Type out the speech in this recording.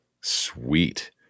Sweet